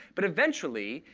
but eventually,